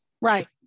Right